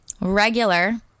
regular